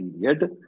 period